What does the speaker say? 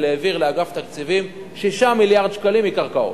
העביר לאגף תקציבים 6 מיליארד שקלים מקרקעות.